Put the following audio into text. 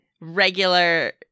regular